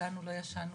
כולנו לא ישנו